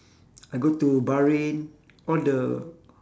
I go to bahrain all the